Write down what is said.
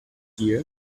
year